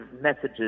messages